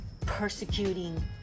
persecuting